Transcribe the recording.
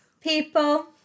people